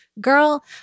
girl